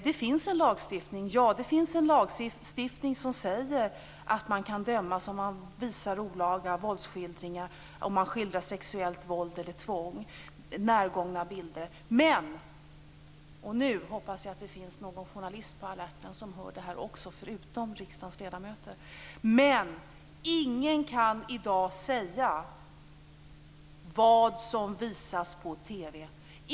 Det finns en lagstiftning i vilken det sägs att man kan dömas om man visar olaga våldsskildringar och om man skildrar närgångna bilder av sexuellt våld eller tvång. Men, och nu hoppas jag att det finns någon journalist på alerten som hör detta förutom riksdagens ledamöter, ingen kan i dag säga vad som visas på TV.